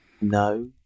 No